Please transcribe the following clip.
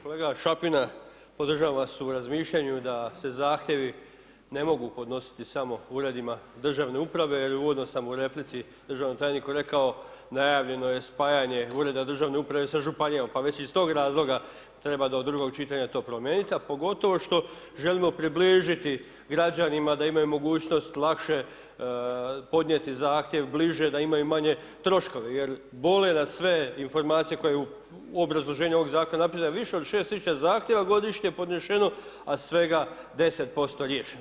Kolega Šapina, podržavam vas u razmišljanju da se zahtjevi ne mogu podnositi samo u uredima državne uprave jer u uvodno sam u replici državnom tajniku rekao najavljeno je spajanje ureda državne uprave sa županijom pa već iz tog razloga treba do drugog čitanja to promijeniti, a pogotovo što želimo približiti građanima da imaju mogućnost lakše podnijeti zahtjev, bliže, da imaju manje troškove jer bole nas sve informacije koje u obrazloženju ovog zakona ... više od 6000 zahtjeva godišnje podnešeno, a svega 10% riješeno.